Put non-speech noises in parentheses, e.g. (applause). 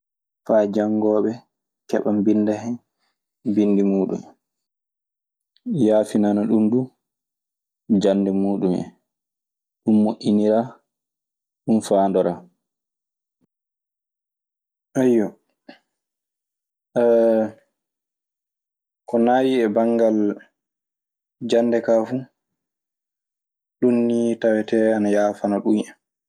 Faa janngooɓe keɓa mbinnda hen binndi muuɗum. Yaafinana ɗun duu jannde muuɗun en. Ɗun moƴƴiniraa. Ɗun faandoraa. Ayyo (hesitation) ko naayii e banngal jannde kaa fu, ɗun nii tawetee ana yaafana ɗun en.